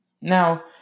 Now